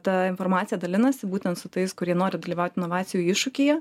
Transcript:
ta informacija dalinasi būtent su tais kurie nori dalyvaut inovacijų iššūkyje